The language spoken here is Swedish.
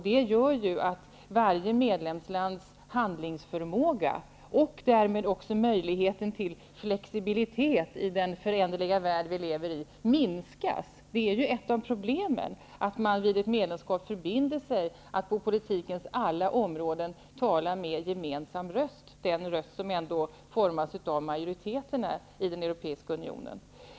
Det gör att varje medlemslands handlingsförmåga och därmed också möjligheten till flexibilitet i den föränderliga värld som vi lever i minskar. Ett av problemen är just att man vid ett medlemskap förbinder sig att på politikens alla områden tala med en gemensam röst, en röst som ändå formas av majoriteten i den europeiska unionen.